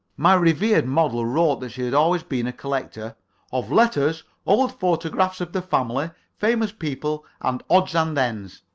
my revered model wrote that she had always been a collector of letters, old photographs of the family, famous people and odds and ends.